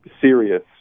serious